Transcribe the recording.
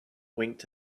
winked